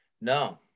No